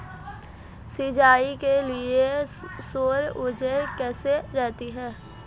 सिंचाई के लिए सौर ऊर्जा कैसी रहती है?